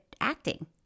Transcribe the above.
acting